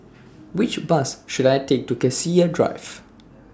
Which Bus should I Take to Cassia Drive